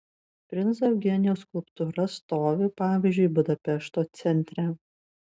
princo eugenijaus skulptūra stovi pavyzdžiui budapešto centre